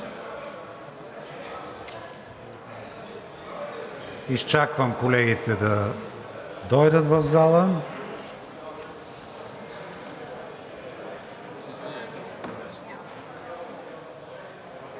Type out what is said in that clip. Изчаквам колегите да дойдат в залата.